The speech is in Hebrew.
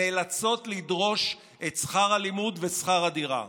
נאלצות לדרוש את שכר הלימוד ושכר הדירה.